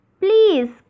please